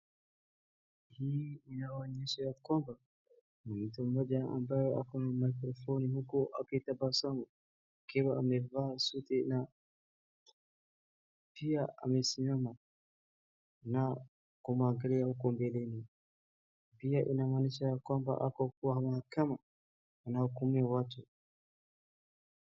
Hii inaonyesha yakwamba, mtu mmoja ambaye ako na mikrofoni huku akitabasamu akiwa amevaa suti na pia amesimama na kumuangalia huko mbeleni. Pia inamanisha ya kwamba ako kwa mahakama ,anahukumia watu.